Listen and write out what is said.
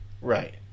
Right